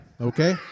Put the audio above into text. Okay